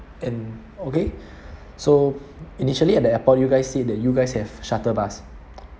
and okay so initially at the airport you guys say that you guys have shuttle bus